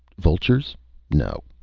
vultures no.